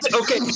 Okay